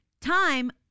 Time